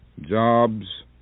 Jobs